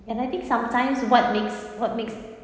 and I think sometimes what makes what makes